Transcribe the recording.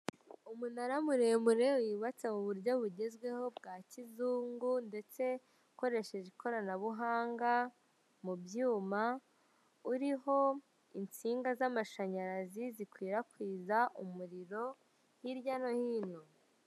Umunara muremure wubatse muburyo bugezweho bwa kizungu ndetse ukoresheje ikoranabuhanga mubyuma, uriho insinga zamashanyarazi zikwirakwiza umuriro hirya no hino.